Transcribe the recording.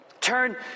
Turn